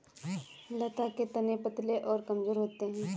लता के तने पतले और कमजोर होते हैं